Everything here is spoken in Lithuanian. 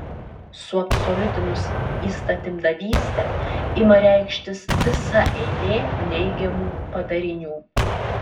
suabsoliutinus įstatymdavystę ima reikštis visa eilė neigiamų padarinių